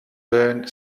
bern